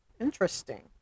Interesting